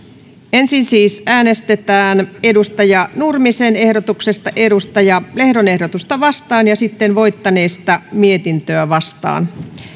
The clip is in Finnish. ensin äänestetään ilmari nurmisen ehdotuksesta rami lehdon ehdotusta vastaan ja sitten voittaneesta mietintöä vastaan